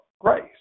grace